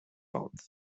about